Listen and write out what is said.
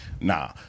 Nah